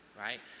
right